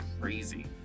crazy